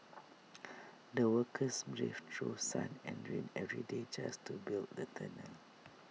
the workers braved through sun and rain every day just to build the tunnel